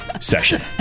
session